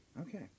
Okay